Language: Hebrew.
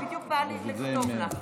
באמת,